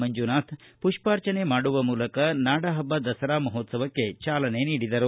ಮಂಜುನಾಥ್ ಪುಷ್ಪಾರ್ಚನೆ ಮಾಡುವ ಮೂಲಕ ನಾಡಹಬ್ಬ ದಸರಾ ಮಹೋತ್ಸವಕ್ಕೆ ಚಾಲನೆ ನೀಡಿದರು